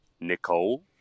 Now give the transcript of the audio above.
Nicole